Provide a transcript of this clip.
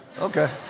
Okay